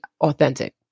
authentic